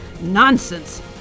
Nonsense